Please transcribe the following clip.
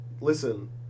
listen